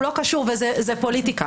הוא לא קשור וזאת פוליטיקה.